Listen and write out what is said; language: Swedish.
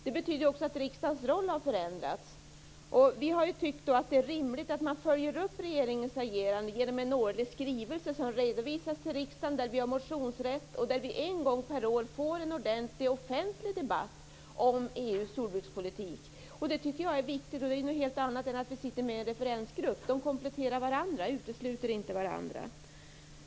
Det betyder också att riksdagens roll har förändrats. Vi har tyckt att det är rimligt att man följer upp regeringens agerande genom en årlig skrivelse som redovisas för riksdagen och där vi har motionsrätt. Då kunde vi en gång per år få en ordentlig offentlig debatt om EU:s jordbrukspolitik. Det tycker jag är viktigt. Detta är något helt annat än att vi sitter med i en referensgrupp. Dessa två kompletterar varandra - de utesluter inte varandra.